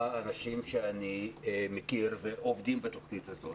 אנשים שאני מכיר שעובדים בתוכנית הזאת.